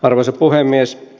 arvoisa puhemies